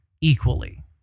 equally